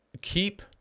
keep